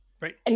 right